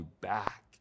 back